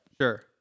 Sure